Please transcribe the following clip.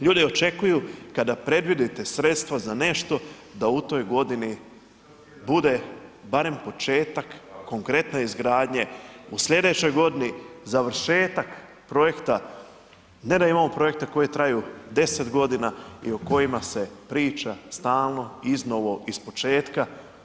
Ljudi očekuju kada predvidite sredstvo za nešto da u toj godini bude barem početak konkretne izgradnje, u sljedećoj godini završetak projekta, a ne da imamo projekte koji traju deset godina i o kojima se priča stalno, iznova, iz početka.